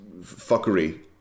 fuckery